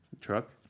truck